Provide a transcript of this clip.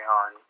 on